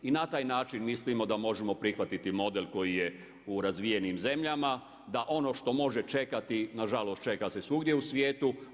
I na taj način mislimo da možemo prihvatiti model koji je u razvijenim zemljama, da ono što može čekati na žalost čeka se svugdje u svijetu.